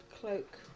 cloak